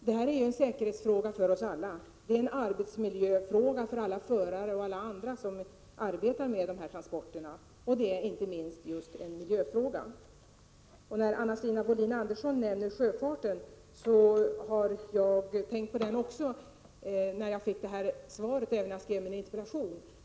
Detta är en säkerhetsfråga för oss alla, en arbetsmiljöfråga för förare och alla andra som arbetar med dessa transporter, och inte minst en miljöfråga. Anna Wohlin-Andersson nämner sjöfarten. Jag tänkte också på den när jag fick svaret, och även när jag skrev min interpellation.